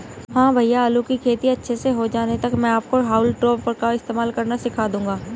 हां भैया आलू की खेती अच्छे से हो जाने तक मैं आपको हाउल टॉपर का इस्तेमाल करना सिखा दूंगा